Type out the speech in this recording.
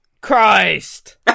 Christ